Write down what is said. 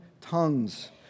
tongues